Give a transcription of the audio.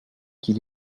qu’il